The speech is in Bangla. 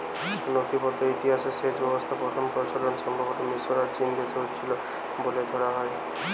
নথিবদ্ধ ইতিহাসে সেচ ব্যবস্থার প্রথম প্রচলন সম্ভবতঃ মিশর আর চীনদেশে হইছিল বলে ধরা হয়